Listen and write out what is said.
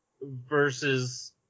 versus